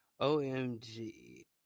OMG